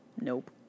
Nope